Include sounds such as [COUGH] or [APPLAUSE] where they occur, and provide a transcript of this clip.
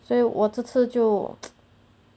所以我这次就 [NOISE]